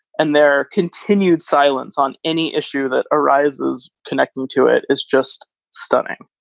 and their continued silence on any issue that arises connected to it is just stunning